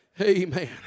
Amen